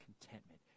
contentment